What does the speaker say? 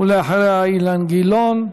ואחריה, אילן גילאון,